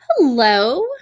hello